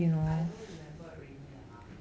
I don't remember already lah